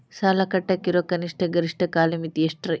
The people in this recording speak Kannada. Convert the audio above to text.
ಸಾಲ ಕಟ್ಟಾಕ ಇರೋ ಕನಿಷ್ಟ, ಗರಿಷ್ಠ ಕಾಲಮಿತಿ ಎಷ್ಟ್ರಿ?